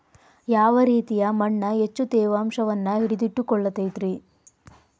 ಯಾವ ರೇತಿಯ ಮಣ್ಣ ಹೆಚ್ಚು ತೇವಾಂಶವನ್ನ ಹಿಡಿದಿಟ್ಟುಕೊಳ್ಳತೈತ್ರಿ?